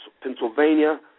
Pennsylvania